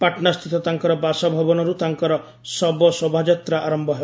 ପାଟନାସ୍ଥିତ ତାଙ୍କର ବାସଭବନରୁ ତାଙ୍କର ଶବ ଶୋଭାଯାତ୍ରା ଆରମ୍ଭ ହେବ